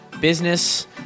business